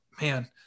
man